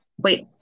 Wait